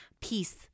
peace